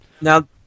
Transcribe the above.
Now